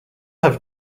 have